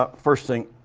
ah first thing,